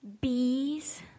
bees